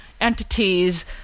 entities